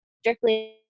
strictly